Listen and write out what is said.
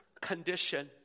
condition